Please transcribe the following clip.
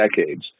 decades